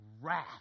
wrath